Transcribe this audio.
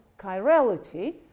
chirality